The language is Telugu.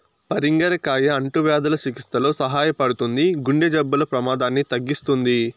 పరింగర కాయ అంటువ్యాధుల చికిత్సలో సహాయపడుతుంది, గుండె జబ్బుల ప్రమాదాన్ని తగ్గిస్తుంది